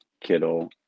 Kittle